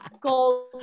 gold